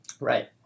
Right